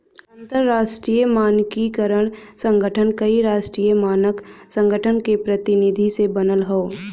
अंतरराष्ट्रीय मानकीकरण संगठन कई राष्ट्रीय मानक संगठन के प्रतिनिधि से बनल हौ